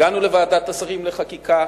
הגענו לוועדת השרים לחקיקה,